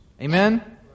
Amen